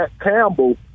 Campbell